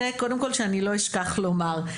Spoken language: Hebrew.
זה קודם כל שאני לא אשכח לומר,